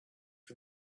for